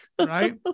right